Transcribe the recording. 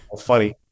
funny